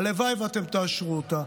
הלוואי שאתם תאשרו אותה.